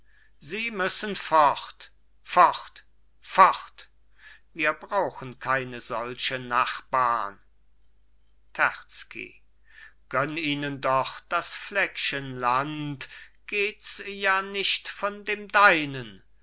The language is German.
sie müssen fort fort fort wir brauchen keine solche nachbarn terzky gönn ihnen doch das fleckchen land gehts ja nicht von dem deinen